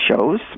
shows